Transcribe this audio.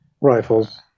rifles